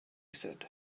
said